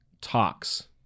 talks